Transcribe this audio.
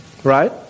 Right